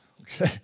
Okay